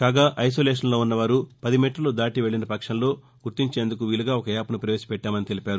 కాగా ఐసోలేషన్లో ఉన్న వారు పది మీటర్లు దాటి వెళ్ళిన పక్షంలో గుర్తించేందుకు వీలుగా ఒక యాప్ను ప్రపేశపెట్టామని తెలిపారు